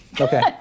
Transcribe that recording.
Okay